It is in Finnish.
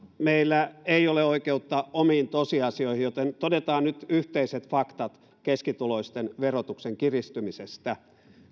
meillä ei ole oikeutta omiin tosiasioihin joten todetaan nyt yhteiset faktat keskituloisten verotuksen kiristymisestä